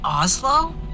Oslo